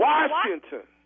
Washington